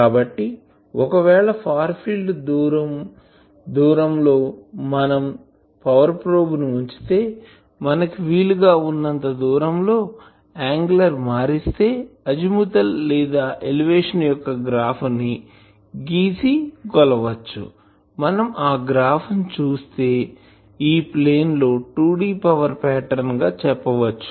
కాబట్టి ఒకవేళ far field దూరం లో మనం పవర్ ప్రోబ్ ని ఉంచితే మనకు వీలు గా ఉన్నంత దూరం లో యాంగిల్ని ఇస్తే లేదా అజిముత్ ఎలివేషన్ యొక్క గ్రాఫ్ ని గీసి కొలవచ్చుమనం ఆ గ్రాఫ్ ని చూస్తే ఈ ప్లేన్ లో 2D పవర్ పాటర్న్ గా చెప్పవచ్చు